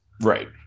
Right